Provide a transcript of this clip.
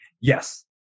yes